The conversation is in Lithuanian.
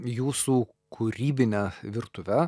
jūsų kūrybine virtuve